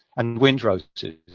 and wind roses